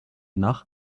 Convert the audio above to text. nach